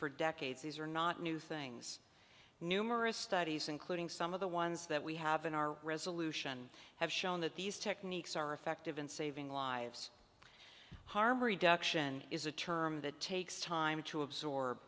for decades these are not new things numerous studies including some of the ones that we have in our resolution have shown that these techniques are effective in saving lives harm reduction is a term that takes time to absorb